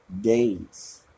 days